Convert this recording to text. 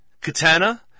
Katana